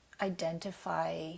identify